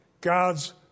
God's